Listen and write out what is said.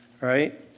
right